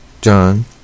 John